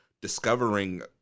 discovering